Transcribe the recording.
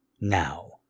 Now